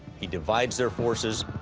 he divides their forces,